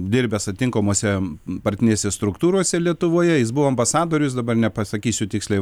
dirbęs atitinkamose partinėse struktūrose lietuvoje jis buvo ambasadorius dabar nepasakysiu tiksliai